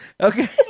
Okay